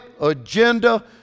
agenda